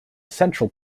central